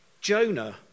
Jonah